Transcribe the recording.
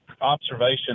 observation